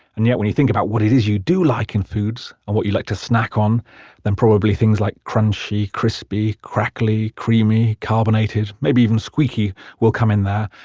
and yet, when you think about what it is you do like in foods and what you like to snack on then probably things like crunchy, crispy, crackly, creamy, carbonated, maybe even squeaky will come in there.